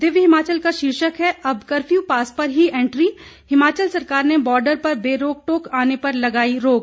दिव्य हिमाचल का शीर्षक है अब कफर्यू पास पर ही एंट्री हिमाचल सरकार ने बार्डर पर बेरोकटोक आने पर लगाई रोक